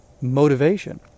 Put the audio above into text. motivation